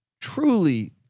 truly